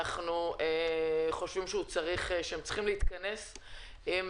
אנחנו חושבים שהם צריכים להתכנס עם